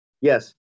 Yes